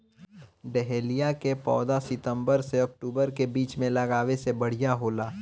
dahlia के पौधा सितंबर से अक्टूबर के बीच में लागावे से बढ़िया होला